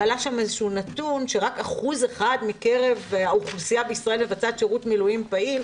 ועלה שם נתון שרק 1% מקרב האוכלוסייה בישראל מבצעת שירות מילואים פעיל,